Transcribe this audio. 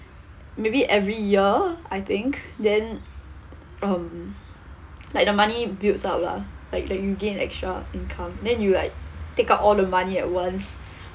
maybe every year I think then um like the money builds up lah like that you gain extra income then you like take out all the money at once